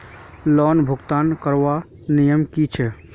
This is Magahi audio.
लोन भुगतान करवार नियम की छे?